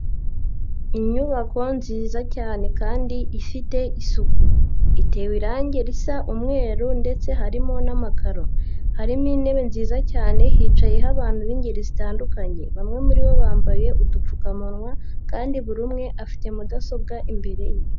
Inyubako nziza cyane kandi ifite isuku, itewe irangi risa umweru ndetse harimo n'amakaro, harimo intebe nziza cyane hicayeho abantu b'ingeri zitandukanye, bamwe muri bo bambaye udupfukamunwa kandi buri umwe afite mudasobwa imbere ye.